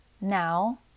Now